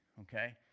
Okay